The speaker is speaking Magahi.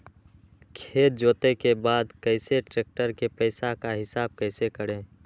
खेत जोते के बाद कैसे ट्रैक्टर के पैसा का हिसाब कैसे करें?